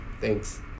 Thanks